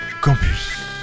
Campus